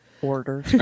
Order